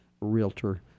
realtor